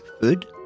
food